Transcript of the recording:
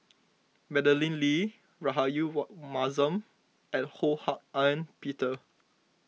Madeleine Lee Rahayu what Mahzam and Ho Hak Ean Peter